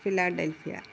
philadelphia